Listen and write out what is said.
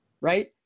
right